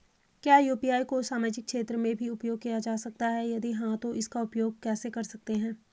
क्या यु.पी.आई को सामाजिक क्षेत्र में भी उपयोग किया जा सकता है यदि हाँ तो इसका उपयोग कैसे कर सकते हैं?